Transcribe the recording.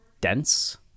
dense